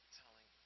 telling